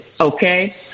Okay